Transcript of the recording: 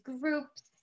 groups